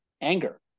Anger